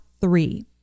three